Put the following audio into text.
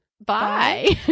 Bye